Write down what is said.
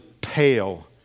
pale